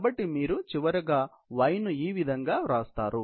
కాబట్టి మీరు చివరగా y ను ఈవిధంగా వ్రాస్తారు